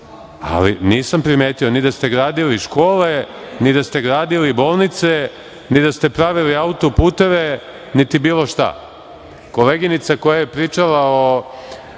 ja nisam primetio ni da ste gradili škole, ni da ste gradili bolnice, ni da ste pravili auto-puteve, niti bilo šta. Koleginica koja je pričala o